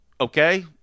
Okay